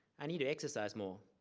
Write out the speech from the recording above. i need to exercise more,